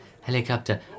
helicopter